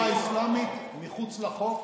נוציא את התנועה האסלאמית מחוץ לחוק,